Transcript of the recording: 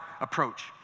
approach